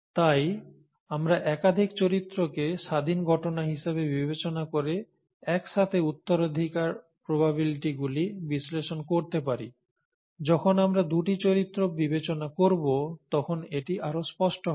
তাই আমরা একাধিক চরিত্রকে স্বাধীন ঘটনা হিসাবে বিবেচনা করে এক সাথে উত্তরাধিকার প্রবাবিলিটিগুলি বিশ্লেষণ করতে পারি যখন আমরা দুটি চরিত্র বিবেচনা করব তখন এটি আরও স্পষ্ট হবে